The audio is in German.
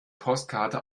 postkarte